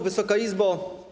Wysoka Izbo!